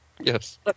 Yes